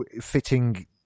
fitting